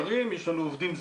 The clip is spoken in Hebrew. תיירים, יש לנו עובדים זרים,